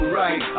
right